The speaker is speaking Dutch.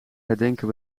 herdenken